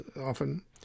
often